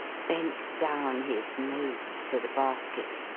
bent down his nose to the basket,